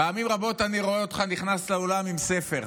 פעמים רבות אני רואה אותך נכנס לאולם עם ספר.